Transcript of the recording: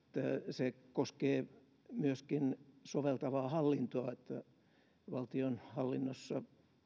ne koskevat myöskin soveltavaa hallintoa eli valtionhallinnossa